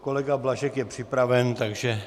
Kolega Blažek je připraven, takže...